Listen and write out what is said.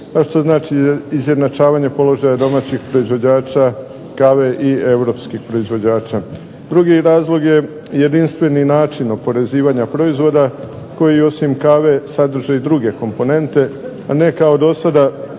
a što znači izjednačavanje položaja domaćih proizvođača kave i europskih proizvođača. Drugi razlog je jedinstveni način oporezivanja proizvoda koji osim kave sadrže i druge komponente, a ne kao do sada